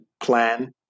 plan